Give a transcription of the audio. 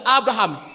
Abraham